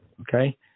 okay